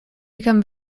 become